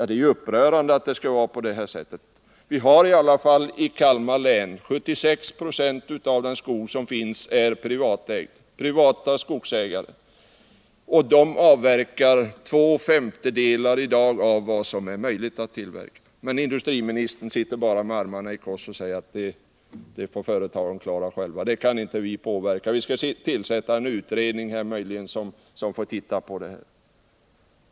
Det är upprörande att det skall vara på det sättet. I Kalmar län ägs 76 20 av skogen av privata skogsägare. De avverkar i dag två femtedelar av vad som är möjligt att avverka. Men industriministern sitter bara med armarna i kors och säger att detta får företagen klara själva, det kan inte vi påverka; vi skall möjligen tillsätta en utredning som får titta på det här.